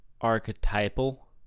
archetypal